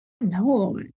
No